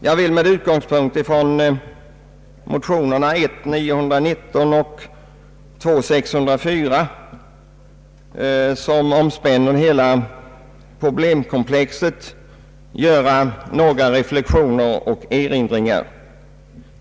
Jag vill med utgångspunkt i motionerna I:919 och II:604, som omspänner hela problemkomplexet, göra några reflexioner och erinringar.